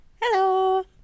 Hello